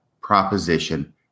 proposition